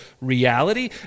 reality